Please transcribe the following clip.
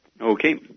Okay